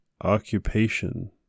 occupation